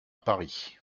paris